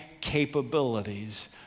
capabilities